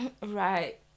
Right